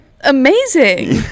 Amazing